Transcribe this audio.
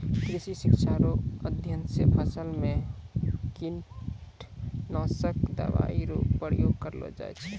कृषि शिक्षा रो अध्ययन से फसल मे कीटनाशक दवाई रो प्रयोग करलो जाय छै